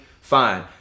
fine